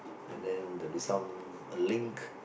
and then there will be some a link